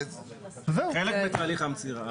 חלק מתהליך המסירה.